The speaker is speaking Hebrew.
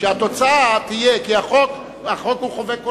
שהתוצאה תהיה, כי החוק הוא חובק עולם.